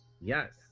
Yes